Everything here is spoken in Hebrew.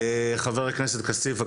חבר הכנסת כסיף,